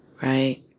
right